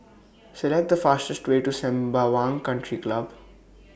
Select The fastest Way to Sembawang Country Club